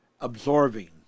absorbing